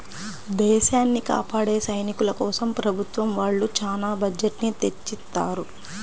దేశాన్ని కాపాడే సైనికుల కోసం ప్రభుత్వం వాళ్ళు చానా బడ్జెట్ ని తెచ్చిత్తారు